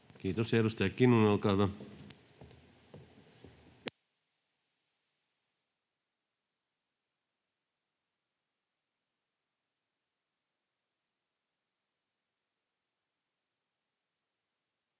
Kiitoksia. — Edustaja Lindén, olkaa hyvä.